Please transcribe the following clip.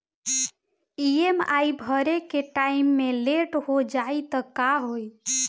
EMI भरे के time मे लेट हो जायी त का होई?